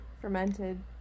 Fermented